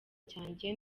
cyanjye